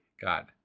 God